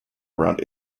around